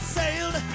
sailed